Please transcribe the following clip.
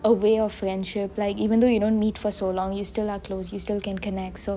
a way of friendship like even though you don't meet for so long you still are close you still can connect so